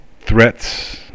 threats